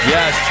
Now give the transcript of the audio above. Yes